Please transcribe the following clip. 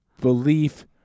belief